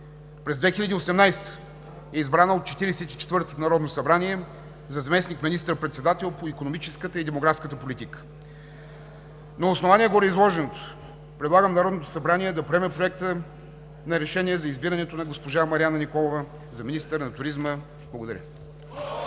Четиридесет и четвъртото народно събрание за заместник министър-председател по икономическата и демографската политика. На основание гореизложеното предлагам Народното събрание да приеме Проекта на решение за избирането на госпожа Марияна Николова за министър на туризма. Благодаря.